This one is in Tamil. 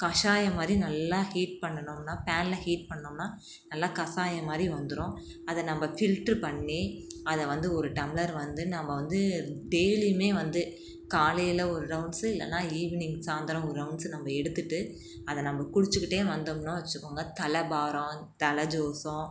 கஷாயம் மாதிரி நல்லா ஹீட் பண்ணுணோம்னால் பேனில் ஹீட் பண்ணோம்னால் நல்லா கசாயம் மாதிரி வந்துடும் அதை நம்ம ஃபில்ட்ரு பண்ணி அதை வந்து ஒரு டம்ளர் வந்து நம்ம வந்து டெய்லியுமே வந்து காலையில் ஒரு ரவுண்ட்ஸு இல்லைன்னா ஈவினிங் சாயந்தரம் ஒரு ரவுண்ட்ஸு எடுத்துட்டு எடுத்திட்டு அதை நம்ம குடிச்சிக்கிட்டே வந்தோம்னால் வச்சுக்கோங்க தலை பாரம் ஜலஜோசோம்